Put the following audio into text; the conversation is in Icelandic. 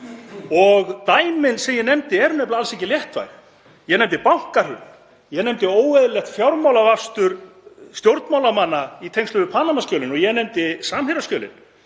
og dæmin sem ég nefndi eru nefnilega alls ekki léttvæg. Ég nefndi bankahrun. Ég nefndi óeðlilegt fjármálavafstur stjórnmálamanna í tengslum við Panama-skjölin og ég nefndi Samherjaskjölin.